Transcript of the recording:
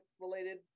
related